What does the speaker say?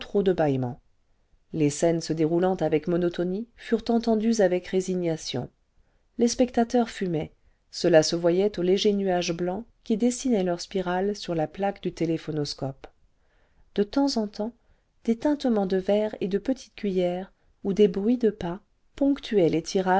de bâillements les scènes se déroulant avec monotonie furent entendues avec résignation les spectateurs fumaient cela se voyait aux légers nuages blancs qui dessinaient leurs spirales sur la plaque du téléphonoscope de temps en temps des tintements de verres et de petites cuillers ou des bruits cle pas ponctuaient les